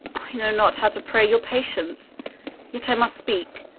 i know not how to pray your patience yet i must speak.